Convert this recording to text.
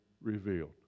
revealed